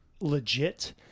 legit